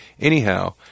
anyhow